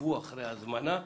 תעקבו אחרי ההזמנה.